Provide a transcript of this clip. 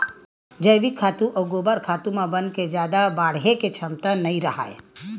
जइविक खातू अउ गोबर खातू म बन के जादा बाड़हे के छमता नइ राहय